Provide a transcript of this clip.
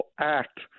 act